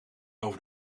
over